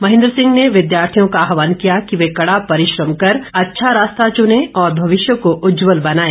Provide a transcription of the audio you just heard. महेन्द्र सिंह ने विद्यार्थियों का आहवान किया कि वे कड़ा परिश्रम कर अच्छा रास्ता चुने और भविष्य को उज्जवल बनाएं